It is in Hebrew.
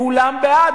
כולם בעד.